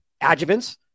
Adjuvants